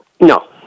no